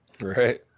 right